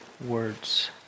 words